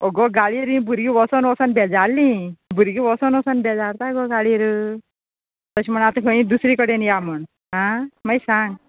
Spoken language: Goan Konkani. ओगो गाडयेर ही भुरगीं वचून वचून बेजारल्ली भुरगीं वचून वचून बेजारता गो गाडयेर तशें म्हुणू आतां खंय दुसरी कडेन या म्हूण आं मागीर सांग